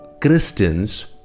Christians